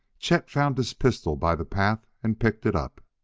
chet found his pistol by the path and picked it up.